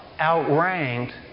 outranked